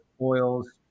oils